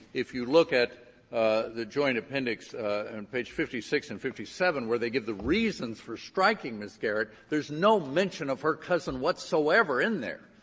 if you look at the joint appendix on page fifty six and fifty seven where they give the reasons for striking ms. garrett no mention of her cousin whatsoever in there.